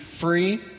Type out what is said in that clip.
free